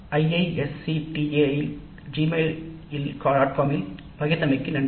com இல் பகிர்ந்தமைக்கு நன்றி